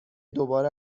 دوباره